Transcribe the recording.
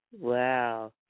Wow